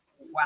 Wow